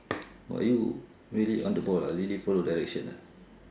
!wah! you really on the ball ah really follow direction ah